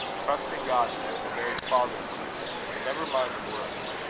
trust in god, then, the very father of you and never mind the words.